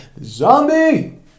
Zombie